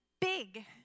big